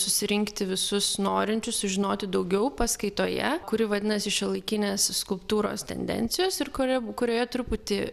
susirinkti visus norinčius sužinoti daugiau paskaitoje kuri vadinasi šiuolaikinės skulptūros tendencijos ir kurioj kurioje truputį